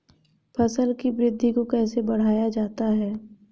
फसल की वृद्धि को कैसे बढ़ाया जाता हैं?